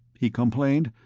he complained.